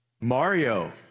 Mario